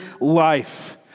life